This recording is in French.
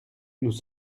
nous